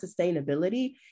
sustainability